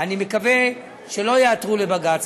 אני מקווה שלא יעתרו לבג"ץ,